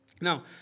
Now